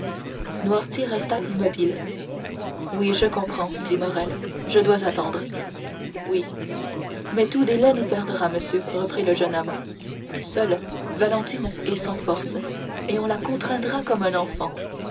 noirtier resta immobile oui je comprends dit morrel je dois attendre oui mais tout délai nous perdra monsieur reprit le jeune homme seule valentine est sans force et on la contraindra comme un enfant